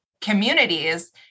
communities